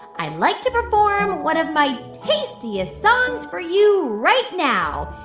i'd like to perform one of my tastiest songs for you right now.